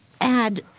add –